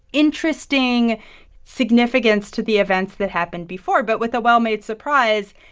interesting significance to the events that happened before. but with a well-made surprise,